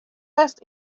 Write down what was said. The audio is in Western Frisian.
west